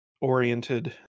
oriented